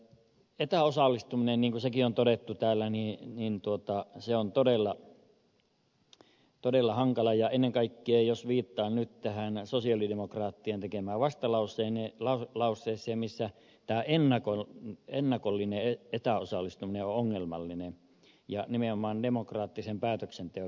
etäosallistuminen niin kuin sekin on todettu täällä on todella hankala ja ennen kaikkea jos viittaan nyt tähän on sosialidemokraattien tekemä vastalauseen ja lauri sosiaalidemokraattien tekemään vastalauseeseen tämä ennakollinen etäosallistuminen on ongelmallinen ja nimenomaan demokraattisen päätöksenteon näkökulmasta